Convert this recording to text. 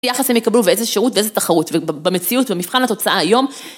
יחס הם יקבלו ואיזה שירות ואיזה תחרות במציאות ובמבחן התוצאה היום.